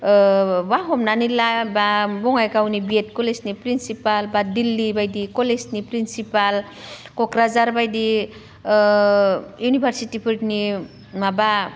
बा हमनानै ला बा बङाइगावनि बि एड कलेजनि प्रिनसिपाल बा दिल्ली बायदि कलेजनि प्रिनसिपाल क'क्राझार बायदि इउनिभारसिटिफोरनि माबा